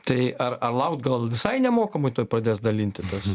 tai ar laukt gal visai nemokamai tuoj pradės dalinti tas